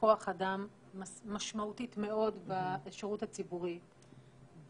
כוח אדם משמעותית מאוד בשירות הציבורי,